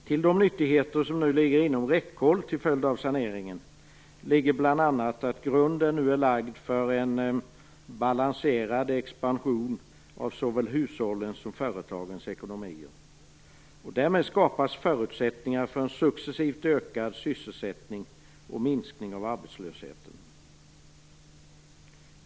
Till de nyttigheter som nu ligger inom räckhåll till följd av saneringen hör bl.a. att grunden nu är lagd för en balanserad expansion av såväl hushållens som företagens ekonomi. Därmed skapas förutsättningar för en successivt ökad sysselsättning och minskning av arbetslösheten.